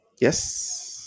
Yes